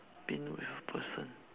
been with a person